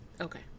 Okay